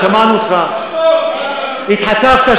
אם אתה לא מתייחס,